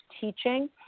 teaching